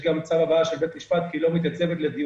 יש גם צו הבאה של בית משפט כי היא לא מתייצבת לדיונים.